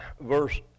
verse